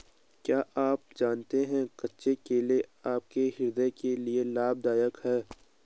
क्या आप जानते है कच्चा केला आपके हृदय के लिए लाभदायक है?